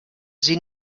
sie